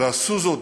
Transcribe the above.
ועשו זאת